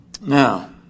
Now